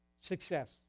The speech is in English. Success